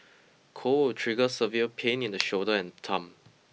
cold will trigger severe pain in the shoulder and thumb